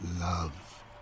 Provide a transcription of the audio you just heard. love